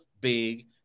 big